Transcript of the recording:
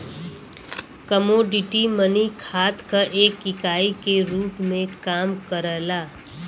commodity money खात क एक इकाई के रूप में काम करला